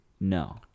no